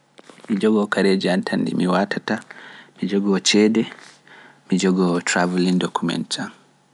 Mi jogoo kareeji am tan ɗi mi waatata, mi jogoo ceede, mi jogoo travelling documents am